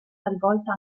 talvolta